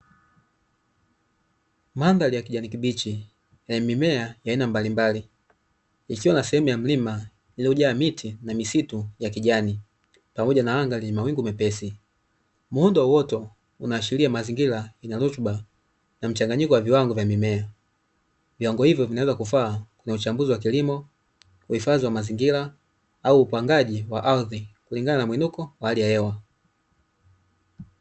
mandhari ya kijani kibichi na mimea ya aina mbalimbali ikiwa na sehemu ya mlima miti na misitu ya kijani, pamoja na angali mawingu mepesi muundo wowote unaashiria mazingira zinazobaki na mchanganyiko wa viwango vya mimea, viongo hivyo vinaweza kufaa ni uchambuzi wa kilimo huhifadhi wa mazingira au upangaji wa ardhi kulingana na mwinuko kwa hali ya hewa.